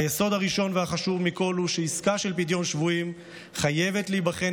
היסוד הראשון והחשוב מכול הוא שעסקה של פדיון שבויים חייבת להיבחן